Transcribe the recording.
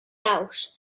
out